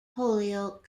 holyoke